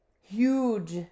Huge